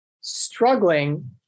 struggling